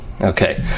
Okay